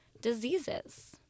diseases